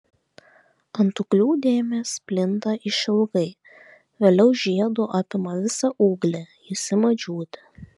ant ūglių dėmės plinta išilgai vėliau žiedu apima visą ūglį jis ima džiūti